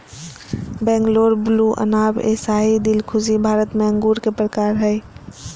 Bangalore blue, Anab e Shahi, Dilkhushi Bharat में अंगूर के प्रकार हय